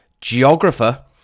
Geographer